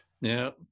Now